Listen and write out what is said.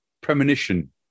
premonition